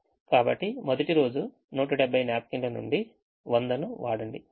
కాబట్టి మొదటి రోజు 170 న్యాప్కిన్లు నుండి 100 ను వాడండి